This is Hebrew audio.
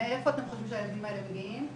מאיפה אתם חושבים שהילדים האלה מגיעים?